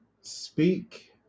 speak